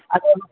ಅದೆ